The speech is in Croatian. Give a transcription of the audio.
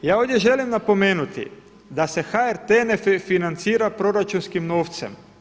Ja ovdje želim napomenuti da se HRT ne financira proračunskim novcem.